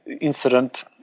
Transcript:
incident